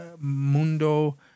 Mundo